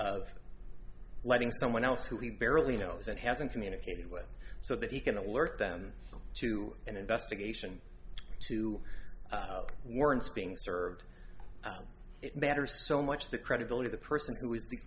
of letting someone else who he barely knows and hasn't communicated with so that he can alert them to an investigation two words being served it matters so much the credibility the person who is the